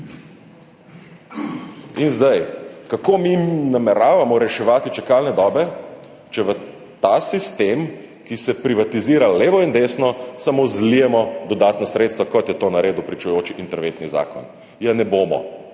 In zdaj: kako mi nameravamo reševati čakalne dobe, če v ta sistem, ki se privatizira levo in desno, samo zlijemo dodatna sredstva, kot je to naredil pričujoči interventni zakon? Ja ne bomo.